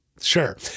sure